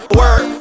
work